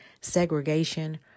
segregation